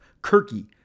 Kirky